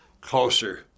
closer